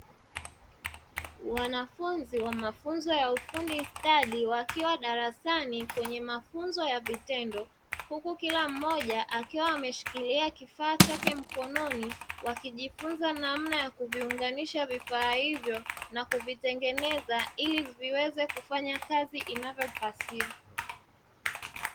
Wanafunzi wa mafunzo ya ufundi stadi wakiwa darasani kwenye mafunzo ya vitendo, huku kila mmoja akiwa ameshikilia kifaa chake mkononi wakijifunza namna ya kuviunganisha vifaa hivyo na kuvitengeneza ili viweze kufanya kazi inavyopasiwa.